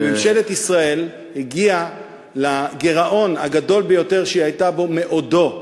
ממשלת ישראל הגיעה לגירעון הגדול ביותר שהיא הייתה בו מעודה,